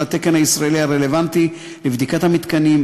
התקן הישראלי הרלוונטי לבדיקת המתקנים,